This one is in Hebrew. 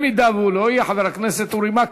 אם הוא לא יהיה, חבר הכנסת אורי מקלב.